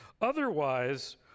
Otherwise